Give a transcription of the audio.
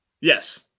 yes